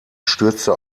stürzte